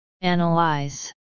analyze